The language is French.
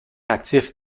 actif